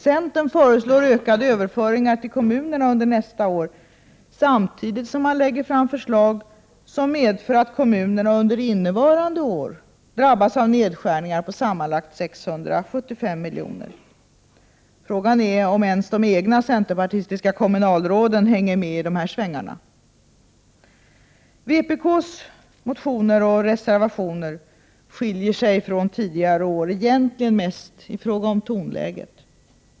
Centern föreslår ökade överföringar till kommunerna under nästa år, samtidigt som man lägger fram förslag som medför att kommunerna under innevarande år drabbas av nedskärningar på sammanlagt 675 milj.kr. Frågan är om ens de egna centerpartistiska kommunalråden hänger med i svängarna. Vpk:s motioner och reservationer skiljer sig från tidigare år egentligen mest i fråga om tonläget.